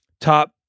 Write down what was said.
top